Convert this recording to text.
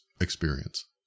experience